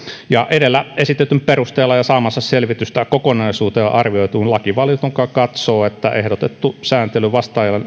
edellä esitetyn perusteella ja saamaansa selvitystä kokonaisuutena arvioituna lakivaliokunta katsoo että ehdotettu sääntely vastaajan